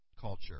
culture